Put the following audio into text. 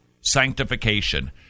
sanctification